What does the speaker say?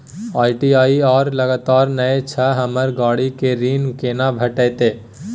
ITR लगातार नय छै हमरा गाड़ी के ऋण केना भेटतै?